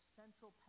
central